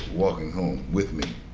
walking home with me.